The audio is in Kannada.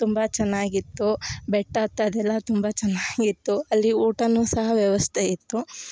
ತುಂಬ ಚೆನ್ನಾಗಿತ್ತು ಬೆಟ್ಟ ಹತ್ತೋದೆಲ್ಲಾ ತುಂಬ ಚೆನ್ನಾಗಿತ್ತು ಅಲ್ಲಿ ಊಟ ಸಹ ವ್ಯವಸ್ಥೆ ಇತ್ತು